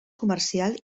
comercial